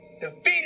defeated